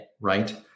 right